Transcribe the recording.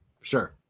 sure